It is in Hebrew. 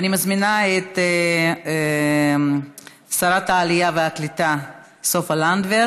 אני מזמינה את שרת העלייה והקליטה סופה לנדבר